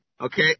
Okay